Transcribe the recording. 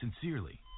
Sincerely